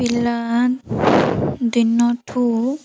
ପିଲା ଦିନଠୁ